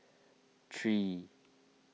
three